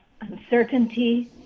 uncertainty